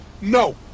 No